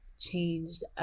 changed